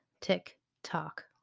tick-tock